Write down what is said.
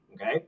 okay